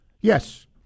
Yes